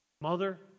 Mother